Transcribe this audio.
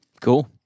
Cool